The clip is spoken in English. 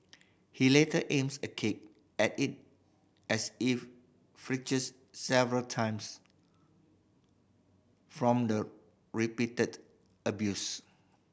he later aims a kick at it as it flinches several times from the repeated abuse